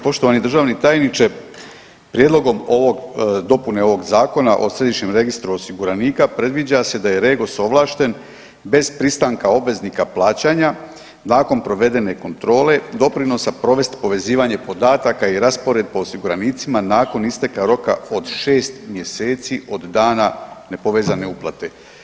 Poštovani državni tajniče, prijedlogom ovog, dopune ovog Zakona o središnjem registru osiguranika predviđa se da je REGOS ovlašten bez pristanka obveznika plaćanja nakon provedene kontrole doprinosa provest povezivanje podataka i raspored po osiguranicima nakon isteka roka od 6 mjeseci od dana nepovezane uplate.